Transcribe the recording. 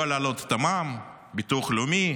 לא להעלות את המע"מ, ביטוח לאומי,